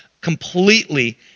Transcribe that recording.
completely